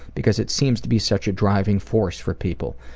because it seems to be such a driving force for people.